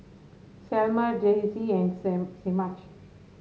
Selmer Daisey and Semaj